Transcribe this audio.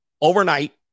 overnight